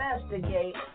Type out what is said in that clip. investigate